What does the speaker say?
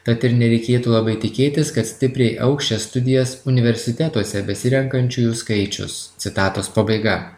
tad ir nereikėtų labai tikėtis kad stipriai augs čia studijas universitetuose besirenkančiųjų skaičius citatos pabaiga